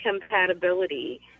compatibility